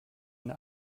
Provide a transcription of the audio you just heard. eine